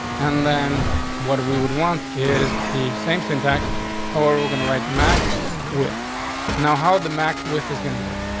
and then what we would want is the same syntax how we're we're gonna right max with now how the max with is gonna work.